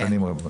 שנים רבות.